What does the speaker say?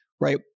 right